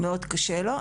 מאוד קשה לו.